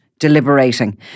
deliberating